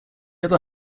other